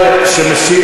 השר שמשיב,